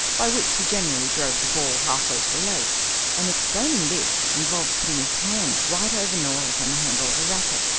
by which he generally drove the ball halfway to the lake and explaining this involved putting his hand right over norah's on the handle of the racquet,